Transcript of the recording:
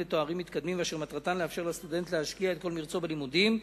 לתארים מתקדמים ואשר מטרתן לאפשר לסטודנט להשקיע את כל מרצו בלימודים,